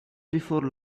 before